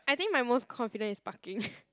I think my most confident is parking